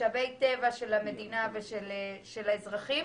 משאבי טבע של המדינה ושל האזרחים.